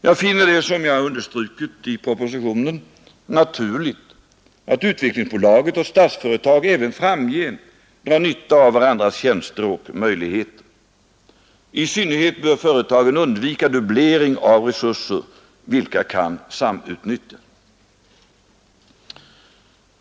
Jag finner det, som jag understrukit i propositionen, naturligt att Utvecklingsbolaget och Statsföretag även framgent drar nytta av varandras tjänster och möjligheter. I synnerhet bör företagen undvika dubblering av resurser vilka kan samutnyttjas.